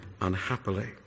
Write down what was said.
unhappily